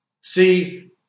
See